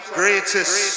greatest